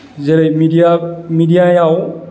जेरै मिडिया मिडियायाव